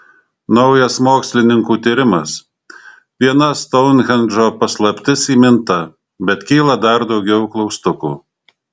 naujas mokslininkų tyrimas viena stounhendžo paslaptis įminta bet kyla dar daugiau klaustukų